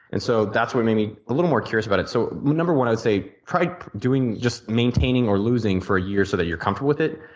and so that's what made me a little more curious about it so number one i'd say try just maintaining or losing for a year so that you're comfortable with it.